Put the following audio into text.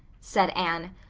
said anne.